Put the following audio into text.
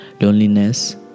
Loneliness